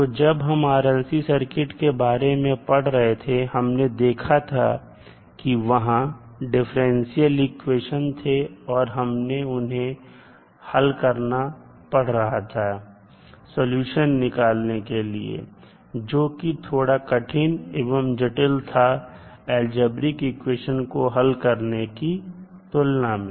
तो जब हम RLC सर्किट के बारे में पढ़ रहे थे हमने देखा था कि वहां डिफरेंशियल इक्वेशन थे और हमें उन्हें हल करना पड़ रहा था सलूशन निकालने के लिए जोकि थोड़ा कठिन एवं जटिल काम था अलजेब्रिक इक्वेशन को हल करने की तुलना में